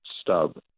stub